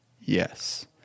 Yes